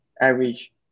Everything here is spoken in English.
average